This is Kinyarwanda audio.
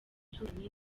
abaturanyi